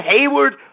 Hayward